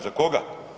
Za koga?